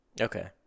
Okay